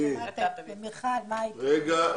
רגע,